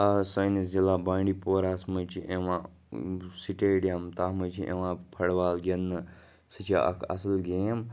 آ سٲنِس ضِلعہ بانڈی پوراہَس منٛز چھِ یِوان سٹیڈیَم تَتھ منٛز چھِ یِوان فُٹ بال گِنٛدنہٕ سُہ چھِ اَکھ اَصٕل گیم